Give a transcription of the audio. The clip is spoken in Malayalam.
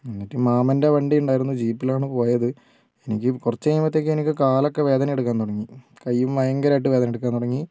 എന്നിട്ട് മാമന്റെ വണ്ടി ഉണ്ടായിരുന്നു ജീപ്പിലാണ് പോയത് എനിക്ക് കുറച്ചു കഴിമ്പോഴത്തേക്കും എനിക്ക് കാലൊക്കെ വേദന എടുക്കാൻ തുടങ്ങി കയ്യും ഭയങ്കരമായിട്ട് വേദന എടുക്കാൻ തുടങ്ങി